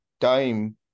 time